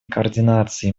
координации